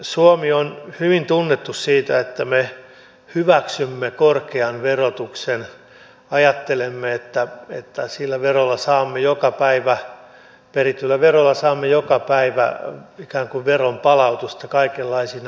suomi on hyvin tunnettu siitä että me hyväksymme korkean verotuksen ajattelemme että sillä perityllä verolla saamme joka päivä eri kyläverolla saamme joka päivä ikään kuin veronpalautusta kaikenlaisina palveluina